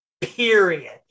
Period